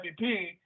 MVP